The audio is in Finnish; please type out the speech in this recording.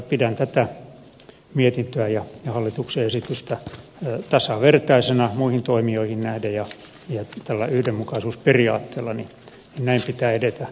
pidän tätä mietintöä ja hallituksen esitystä tasavertaisina muihin toimijoihin nähden ja tällä yhdenmukaisuusperiaatteella näin pitää edetä muussakin yhteydessä